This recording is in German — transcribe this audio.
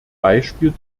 beispiel